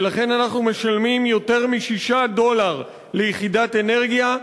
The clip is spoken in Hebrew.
ולכן אנחנו משלמים יותר מ-6 דולר ליחידת אנרגיה,